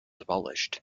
abolished